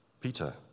Peter